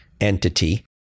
entity